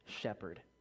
shepherd